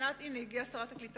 הנה, הגיעה גם שרת הקליטה.